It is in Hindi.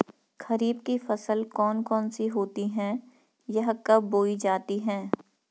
खरीफ की फसल कौन कौन सी होती हैं यह कब बोई जाती हैं?